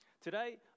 Today